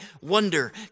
wonder